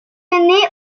née